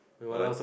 what